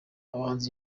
abahanzi